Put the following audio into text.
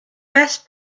best